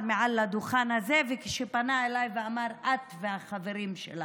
מעל הדוכן הזה כשפנה אליי ואמר: את והחברים שלך.